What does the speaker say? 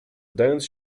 wdając